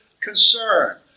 concern